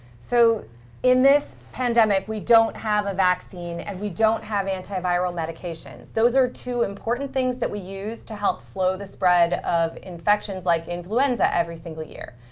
so in this pandemic, we don't have a vaccine and we don't have antiviral medications. those are two important things that we use to help slow the spread of infections like influenza every single year.